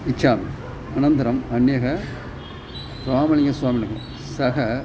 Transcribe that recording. इच्छामि अनन्तरम् अन्यः रामणीयस्वामिनः सः